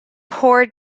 poor